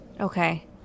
Okay